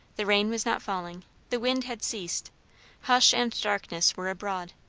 the rain was not falling the wind had ceased hush and darkness were abroad.